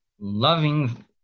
Loving